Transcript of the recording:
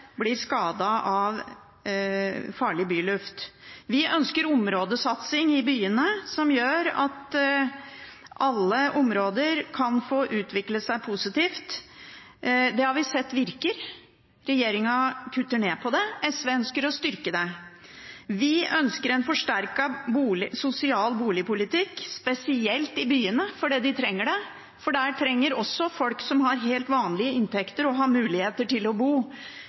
blir skadet av farlig byluft. Vi ønsker områdesatsing i byene som gjør at alle områder kan få utvikle seg positivt. Det har vi sett virker. Regjeringen kutter ned på det, SV ønsker å styrke det. Vi ønsker en forsterket sosial boligpolitikk, spesielt i byene, fordi de trenger det. Der trenger også folk som har helt vanlige inntekter, å ha mulighet til å bo.